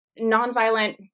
nonviolent